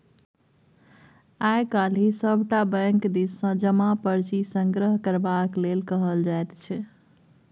आय काल्हि सभटा बैंक दिससँ जमा पर्ची संग्रह करबाक लेल कहल जाइत छै